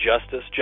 justice